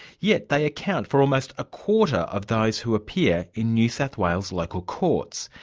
yet they account for almost a quarter of those who appear in new south wales local courts.